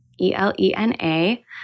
E-L-E-N-A